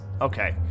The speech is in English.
Okay